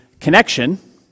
connection